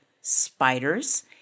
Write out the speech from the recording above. spiders